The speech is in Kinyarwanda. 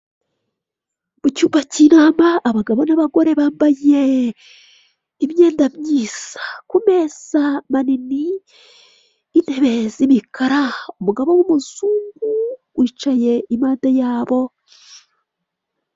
Mu cyumba k'inama abagabo n'abagore bambaye imyenda myiza. Ku meza manini, intebe z'imikara, umugabo w'umuzungu wicaye impande yabo.